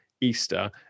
Easter